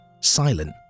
silent